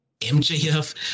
MJF